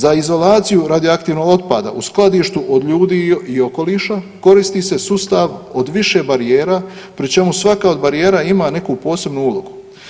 Za izolaciju radioaktivnog otpada u skladištu od ljudi i okoliša koristi se sustav od više barijera, pri čemu svaka od barijera ima neku posebnu ulogu.